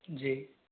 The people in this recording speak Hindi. जी